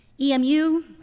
EMU